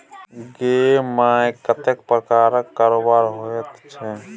गै माय कतेक प्रकारक कारोबार होइत छै